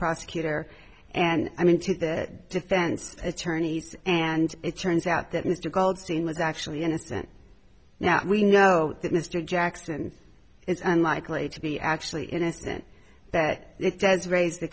prosecutor and i mean to the defense attorneys and it turns out that mr goldstein was actually innocent now we know that mr jackson is unlikely to be actually innocent that it does raise the